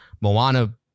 Moana